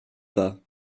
pas